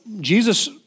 Jesus